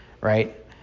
right